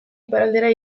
iparraldera